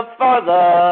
father